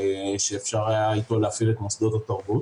שאפשר היה אתו להפעיל את מוסדות התרבות.